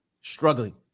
struggling